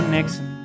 Nixon